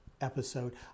episode